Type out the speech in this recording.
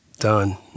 done